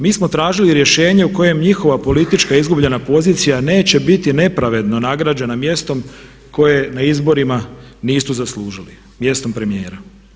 Mi smo tražili rješenje u kojem njihova politička izgubljena pozicija neće biti nepravedno nagrađena mjestom koje na izborima nisu zaslužili mjestom premijera.